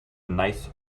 nice